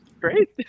Great